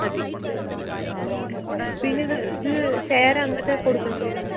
മതി ആ okay okay പിന്നെ ഇത് ഇത് ചേരാൻ എന്തൊക്കെ കൊടുക്കേണ്ടി വരും